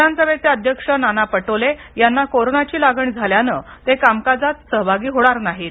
विधानसभेचे अध्यक्ष नाना पटोले यांना कोरोनाची लागण झाल्याने ते कामकाजात सहभागी होणार नाहीत